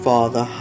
Father